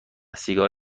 سیگار